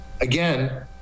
Again